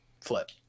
flip